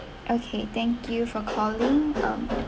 okay thank you for calling um